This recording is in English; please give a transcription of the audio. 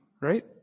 Right